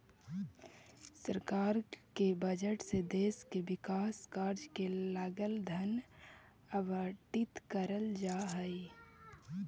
सरकार के बजट से देश के विकास कार्य के लगल धन आवंटित करल जा हई